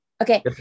okay